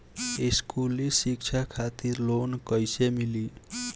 स्कूली शिक्षा खातिर लोन कैसे मिली?